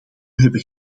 hebben